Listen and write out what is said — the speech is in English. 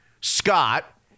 Scott